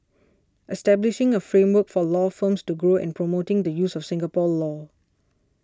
establishing a framework for law firms to grow and promoting the use of Singapore law